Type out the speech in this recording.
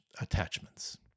attachments